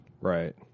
right